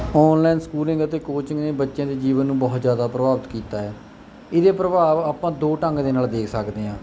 online schooling ਅਤੇ coaching ਨੇ ਬੱਚਿਆਂ ਦੇ ਜੀਵਨ ਨੂੰ ਬਹੁਤ ਜਿਆਦਾ ਪ੍ਰਭਾਵਿਤ ਕੀਤਾ ਐ ਇਹਦੇ ਪ੍ਰਭਾਵ ਆਪਾਂ ਦੋ ਢੰਗ ਦੇ ਨਾਲ ਦੇਖ ਸਕਦੇ ਹਾਂ